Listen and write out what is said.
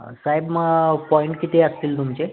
साहेब मग पॉइंट किती असतील तुमचे